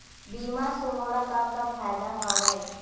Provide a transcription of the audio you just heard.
बीमा से मोला का का फायदा हवए?